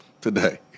today